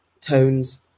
tones